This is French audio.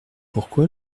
pourquoi